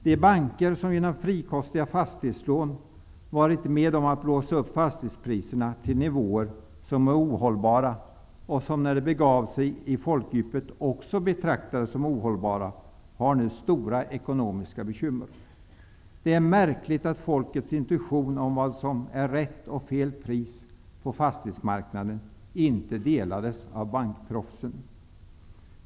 De banker som genom frikostiga fastighetslån har varit med om att blåsa upp fastighetspriserna till nivåer som är ohållbara och, som när det begav sig i folkdjupet, också betraktades som ohållbara har nu stora ekonomiska bekymmer. Det är märkligt att folkets intuition om vad som var rätt och fel pris på fastighetsmarknaden inte delades av bankproffsen.